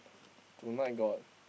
tonight got